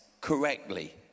correctly